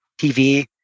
TV